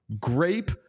Grape